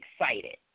excited